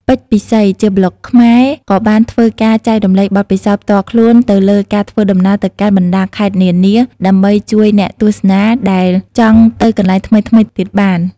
ពេជ្រ ពិសីជាប្លុកខ្មែរ ក៏បានធ្វើការចែករំលែកបទពិសោធន៍ផ្ទាល់ខ្លួនទៅលើការធ្វើដំណើរទៅកាន់បណ្ដាខេត្តនានា ដើម្បីជួយអ្នកទស្សនាដែលចង់ទៅកន្លែងថ្មីៗទៀតបាន។